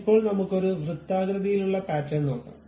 ഇപ്പോൾ നമുക്ക് ഒരു വൃത്താകൃതിയിലുള്ള പാറ്റേൺ നോക്കാം